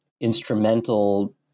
instrumental